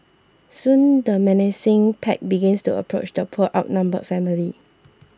soon the menacing pack began to approach the poor outnumbered family